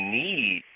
need